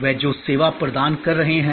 वे जो सेवा प्रदान कर रहे हैं